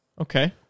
Okay